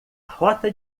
rota